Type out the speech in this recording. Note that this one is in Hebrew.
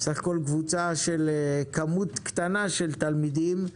סך הכול כמות קטנה של תלמידים.